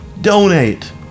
donate